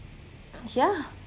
yeah